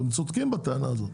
הם צודקים בטענה הזאת.